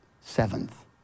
seventh